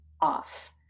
off